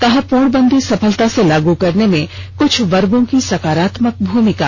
कहा पूर्णबंदी सफलता से लागू करने में कुछ वर्गो की सकारात्मक भूमिका